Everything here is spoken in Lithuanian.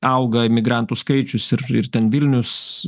auga emigrantų skaičius ir ir ten vilnius